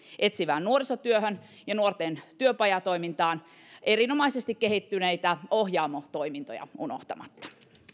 etsivään nuorisotyöhön ja nuorten työpajatoimintaan erinomaisesti kehittyneitä ohjaamo toimintoja unohtamatta